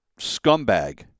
scumbag